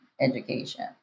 education